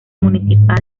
municipal